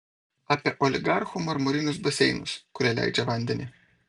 apie oligarchų marmurinius baseinus kurie leidžia vandenį